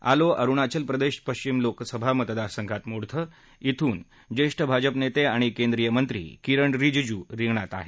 आलो अरुणाचल प्रदेश पश्विम लोकसभा मतदारसंघात मोडतं तिथून ज्येष्ठ भाजप नेते आणि केंद्रीय मंत्री किरण रिजीजू रिंगणात आहेत